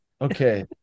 okay